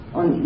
on